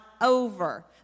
over